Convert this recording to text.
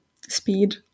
speed